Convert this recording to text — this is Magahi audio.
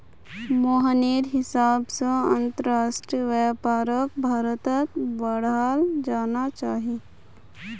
मोहनेर हिसाब से अंतरराष्ट्रीय व्यापारक भारत्त बढ़ाल जाना चाहिए